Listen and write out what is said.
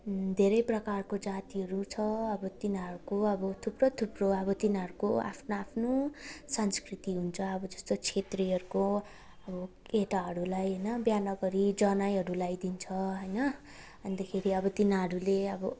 धेरै प्रकारको जातिहरू छ अब तिनीहरूको अब थुप्रो थुप्रो अब तिनीहरूको आफ्नो आफ्नो संस्कृति हुन्छ अब जस्तो छेत्रीहरको अब केटाहरूलाई होइन बिहे नगरी जनैहरू लाइदिन्छ होइन अन्तखेरि अब तिनीहरूले अब